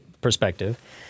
perspective